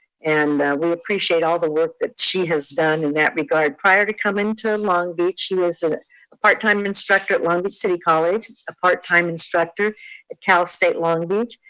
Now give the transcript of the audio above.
and we appreciate all the work that she has done in that regard. prior to coming to long beach, she was a part time instructor at long beach city college, a part time instructor at cal state long beach,